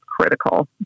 critical